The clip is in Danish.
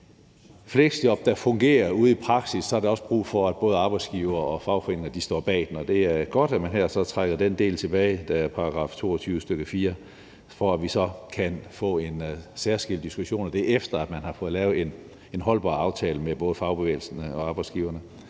fleksjob, der fungerer ude i praksis, så er der også brug for, at både arbejdsgivere og fagforeninger står bag det. Det er godt, at man her så trækker den del tilbage, der er § 22, stk. 4, for at vi så kan få en særskilt diskussion af det, efter at man har fået lavet en holdbar aftale med både fagbevægelsen og arbejdsgiverne.